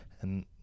And-